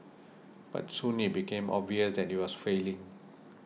but soon it became obvious that it was failing